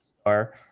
star